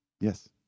Yes